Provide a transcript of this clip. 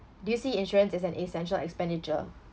do you see insurance as an essential expenditure